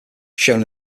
shown